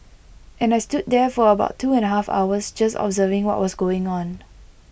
and I stood there for about two and A half hours just observing what was going on